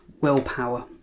willpower